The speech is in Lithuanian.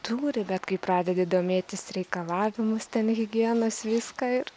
turi bet kai pradedi domėtis reikalavimus ten higienos viską ir